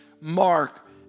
mark